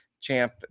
champ